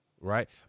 right